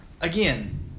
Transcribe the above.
again